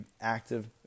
active